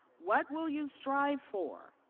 what will you strive for?